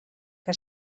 que